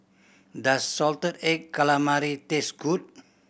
does salted egg calamari taste good